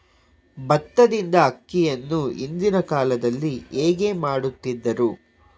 ಭತ್ತದಿಂದ ಅಕ್ಕಿಯನ್ನು ಹಿಂದಿನ ಕಾಲದಲ್ಲಿ ಹೇಗೆ ಮಾಡುತಿದ್ದರು?